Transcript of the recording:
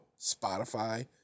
Spotify